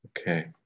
Okay